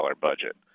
budget